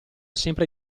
sempre